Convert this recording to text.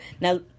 now